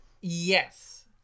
yes